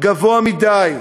גבוה מדי,